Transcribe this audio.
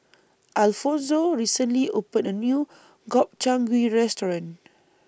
Alfonzo recently opened A New Gobchang Gui Restaurant